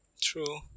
True